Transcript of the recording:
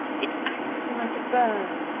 it acts like a burn,